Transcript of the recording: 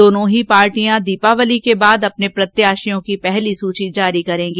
दोनों ही पार्टियां दीवाली के बाद अपने प्रत्याशियों की पहली सूची जारी करेगी